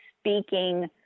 speaking